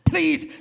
Please